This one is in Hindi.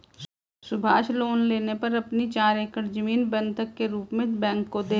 सुभाष लोन लेने पर अपनी चार एकड़ जमीन बंधक के रूप में बैंक को दें